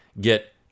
get